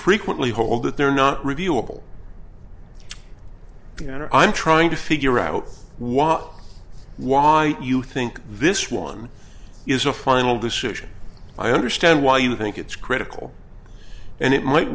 frequently hold that they're not reviewable you know i'm trying to figure out why why you think this one is a final decision i understand why you think it's critical and it might